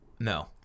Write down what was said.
No